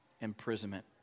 imprisonment